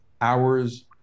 hours